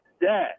Dad